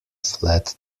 flat